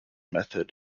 method